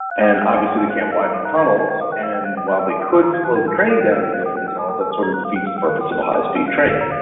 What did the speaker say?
and obviously, they can't widen the tunnels, and while they could slow the train down to go through the tunnel, that sort of defeats the purpose of a high-speed train.